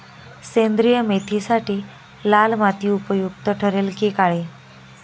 सेंद्रिय मेथीसाठी लाल माती उपयुक्त ठरेल कि काळी?